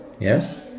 yes